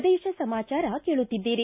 ಪ್ರದೇಶ ಸಮಾಚಾರ ಕೇಳುತ್ತಿದ್ದೀರಿ